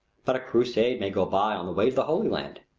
but a crusade may go by on the way to the holy land.